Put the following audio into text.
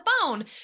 phone